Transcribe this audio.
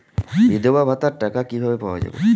বিধবা ভাতার টাকা কিভাবে পাওয়া যাবে?